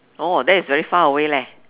oh that is very far away leh